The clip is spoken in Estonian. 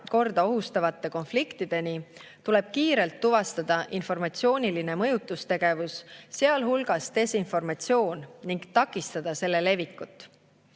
korda ohustavate konfliktideni, tuleb kiirelt tuvastada informatsiooniline mõjutustegevus, sealhulgas desinformatsioon, ning takistada selle levikut.